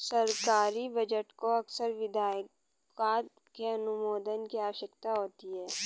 सरकारी बजट को अक्सर विधायिका के अनुमोदन की आवश्यकता होती है